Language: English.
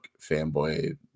Fanboy